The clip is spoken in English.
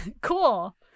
Cool